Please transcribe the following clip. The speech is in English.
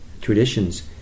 traditions